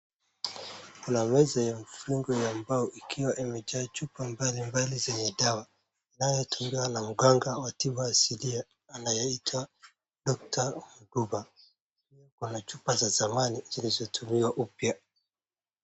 Kuna meza ya mviring ya mbao ikiwa imejaa chupa mbalimbali zenye dawa inayotumiwa na mganga wa tiba asilia anayeitwa Dr.Mduba. Kuna chupa za zamani zilizotumiwa upya.